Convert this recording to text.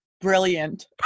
brilliant